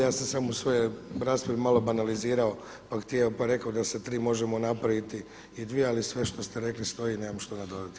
Ja sam samo u svojoj raspravi malo banalizirao pa htio, pa rekao da se od 3 mogu napraviti i 2 ali sve što ste rekli stoji, nemamo što nadodati.